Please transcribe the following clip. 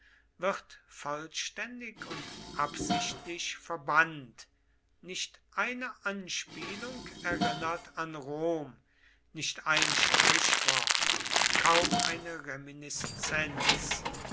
wird vollständig und absichtlich verbannt nicht eine anspielung erinnert an rom nicht ein sprichwort kaum eine reminiszenz